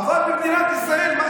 בכנסת ישראל, לך מכאן.